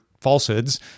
falsehoods